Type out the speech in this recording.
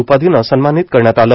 उपाधीने सन्मानित करण्यात आले